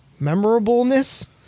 memorableness